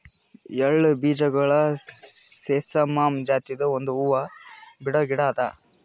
ಎಳ್ಳ ಬೀಜಗೊಳ್ ಸೆಸಾಮಮ್ ಜಾತಿದು ಒಂದ್ ಹೂವು ಬಿಡೋ ಗಿಡ ಅದಾ